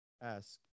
ask